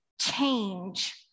change